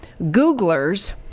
Googlers